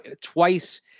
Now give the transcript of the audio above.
twice